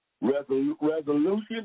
resolution